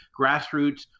grassroots